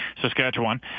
Saskatchewan